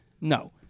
No